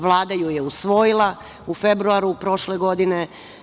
Vlada ju je usvojila u februaru prošle godine.